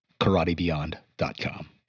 KarateBeyond.com